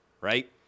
right